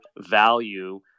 value